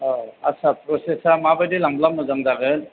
औ आदसा प्र'सेसा माबायदि लांब्ला मोजां जागोन